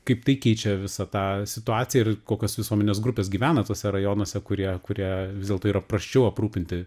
kaip tai keičia visą tą situaciją ir kokios visuomenės grupės gyvena tuose rajonuose kurie kurie vis dėlto yra prasčiau aprūpinti